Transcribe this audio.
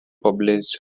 published